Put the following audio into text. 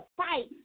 fight